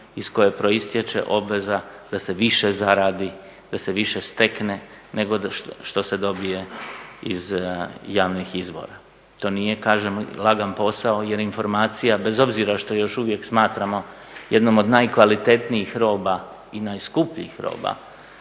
iz koje proistječe obveza da se više zaradi, da se više stekne nego što se dobije iz javnih izvora. To nije kažem lagan posao jer informacija bez obzira što još uvijek smatramo jednom od najkvalitetnijih roba i najskupljih roba